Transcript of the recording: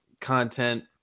content